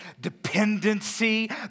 dependency